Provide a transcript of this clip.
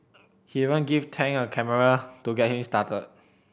he even give Tang a camera to get him started